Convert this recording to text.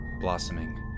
blossoming